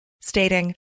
stating